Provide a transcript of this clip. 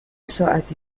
ساعتی